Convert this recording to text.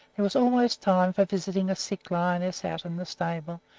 there was always time for visiting a sick lioness out in the stable,